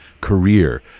career